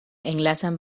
enlazan